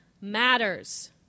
matters